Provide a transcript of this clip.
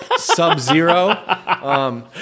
sub-zero